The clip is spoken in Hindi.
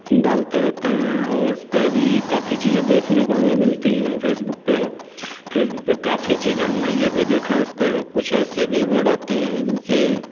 डालते रहते हैं और उसपे भी काफ़ी चीज़ें देखने को हमें मिलती हैं फे़सबुक पे फ़ेसबुक पे काफ़ी चीज़ें हमने ये भी देखा है उसपे कुछ ऐसे भी वर्ड आते हैं जिनसे